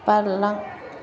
बारलां